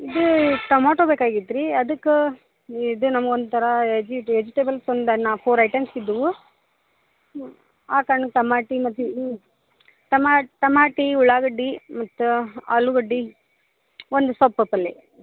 ಇದು ಟೊಮಾಟೋ ಬೇಕಾಗಿತ್ತು ರೀ ಅದಕ್ಕೆ ಇದು ನಮ್ಗೆ ಒಂಥರ ವೆಜಿ ವೆಜಿಟೇಬಲ್ಸ್ ಒಂದು ನಾ ಫೋರ್ ಐಟೆಮ್ಸ್ ಇದ್ದವು ಆ ಕಾರ್ಣಕ್ಕೆ ಟಮಾಟಿ ಮತ್ತು ಹ್ಞೂ ಟಮಾ ಟಮಾಟಿ ಉಳ್ಳಾಗಡ್ಡೆ ಮತ್ತು ಆಲೂಗಡ್ಡೆ ಒಂದು ಸೊಪ್ಪು ಪಲ್ಲೆ